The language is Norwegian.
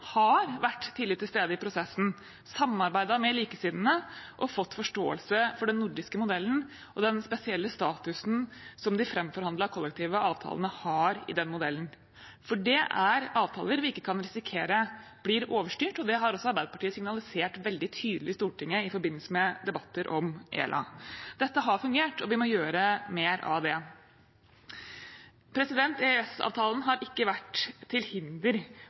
har vært tidlig til stede i prosessen, samarbeidet med likesinnede og fått forståelse for den nordiske modellen og den spesielle statusen som de framforhandlede kollektive avtalene har i den modellen. For det er avtaler vi ikke kan risikere blir overstyrt, og det har også Arbeiderpartiet signalisert veldig tydelig i Stortinget i forbindelse med debatter om ELA. Dette har fungert, og vi må gjøre mer av det. EØS-avtalen har ikke vært til hinder